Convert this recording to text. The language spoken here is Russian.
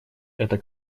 это